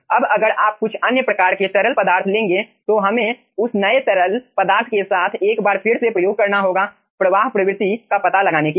अब अगर आप कुछ अन्य प्रकार के तरल पदार्थ लेंगे तो हमें उस नए तरल पदार्थ के साथ एक बार फिर से प्रयोग करना होगा प्रवाह प्रवृत्ति का पता लगाने के लिए